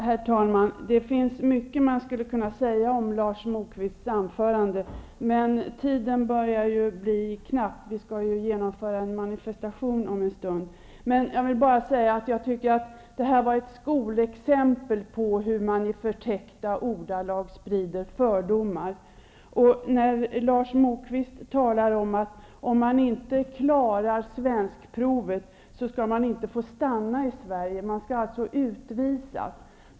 Herr talman! Det finns mycket man skulle kunna säga om Lars Moquists anförande, men tiden börjar bli knapp. Vi skall genomföra en manifestation om en stund. Jag vill bara säga att detta var ett skolexempel på hur man i förtäckta ordalag sprider fördomar. Lars Moquist talar om att om man inte klarar svenskprovet skall man inte få stanna i Sverige. Man skall alltså utvisas.